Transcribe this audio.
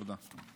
תודה.